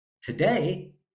today